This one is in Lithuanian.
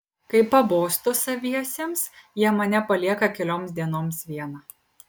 kai pabostu saviesiems jie mane palieka kelioms dienoms vieną